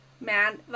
Man